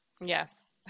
yes